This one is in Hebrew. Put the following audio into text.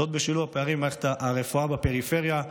בשילוב הפערים במערכת הרפואה בפריפריה,